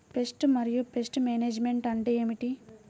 Pest మరియు pest management అంటే ఏమిటి?